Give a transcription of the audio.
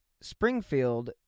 Springfield